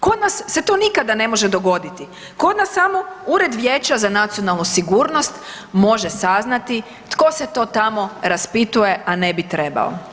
Kod nas se to nikada ne može dogoditi, kod nas samo Ured Vijeća za nacionalnu sigurnost može saznati tko se to tamo raspituje, a ne bi trebao.